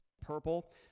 purple